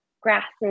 grasses